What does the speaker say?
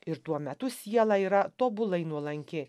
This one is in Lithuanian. ir tuo metu siela yra tobulai nuolanki